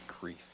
grief